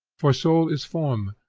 for soul is form,